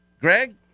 Greg